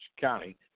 County